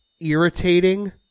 irritating